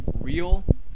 real